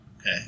Okay